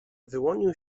wyłonił